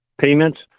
payments